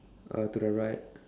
uh to the right